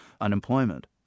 unemployment